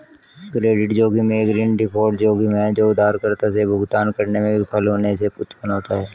credit जोखिम एक ऋण डिफ़ॉल्ट जोखिम है जो उधारकर्ता से भुगतान करने में विफल होने से उत्पन्न होता है